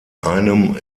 einem